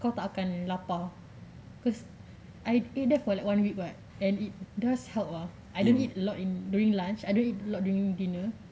kau takkan lapar because I ate that for like one week [what] and it does help !wah! I don't eat a lot in during lunch I don't eat a lot during dinner